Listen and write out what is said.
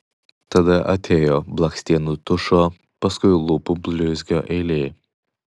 tada atėjo blakstienų tušo paskui lūpų blizgio eilė